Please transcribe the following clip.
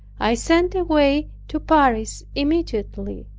i sent away to paris immediately,